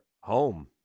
home